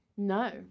No